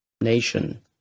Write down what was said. nation